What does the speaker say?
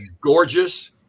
gorgeous